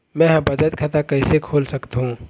मै ह बचत खाता कइसे खोल सकथों?